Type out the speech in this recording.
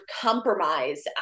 compromise